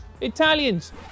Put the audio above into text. Italians